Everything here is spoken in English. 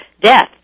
death